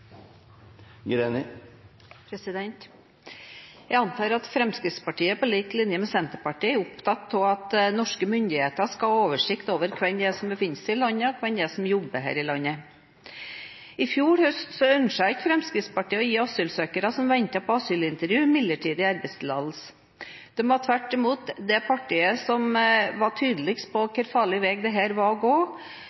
opptatt av at norske myndigheter skal ha oversikt over hvem som befinner seg i landet, og hvem som jobber her i landet. I fjor høst ønsket ikke Fremskrittspartiet å gi asylsøkere som ventet på asylintervju, midlertidig arbeidstillatelse. De var tvert imot det partiet som var tydeligst på